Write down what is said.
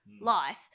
life